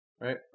right